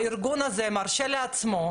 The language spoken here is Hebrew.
הארגון הזה מרשה לעצמו,